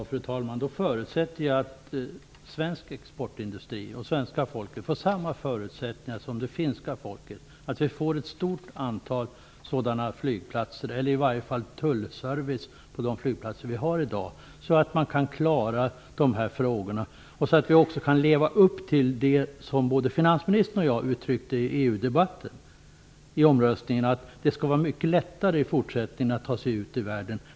Fru talman! Då förutsätter jag att svensk exportindustri och svenska folket får samma förutsättningar som det finska folket, dvs. ett stort antal gemenskapsflygplatser eller i varje fall tullservice på de flygplatser som vi i dag har, så att man kan klara dessa frågor och så att vi också kan leva upp till det som både finansministern och jag uttryckte i debatten inför EU omröstningen, att det i fortsättningen skall bli mycket lättare att ta sig ut i världen.